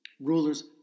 Rulers